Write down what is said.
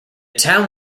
town